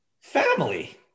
Family